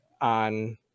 on